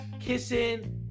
kissing